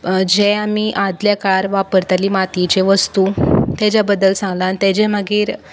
जें आमी आदल्या काळार वापरतालीं मातयेचे वस्तू तेज्या बद्दल सांगलां आनी तेजें मागीर